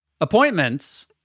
appointments